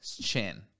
chin